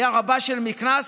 היה רבה של מקנס